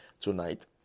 tonight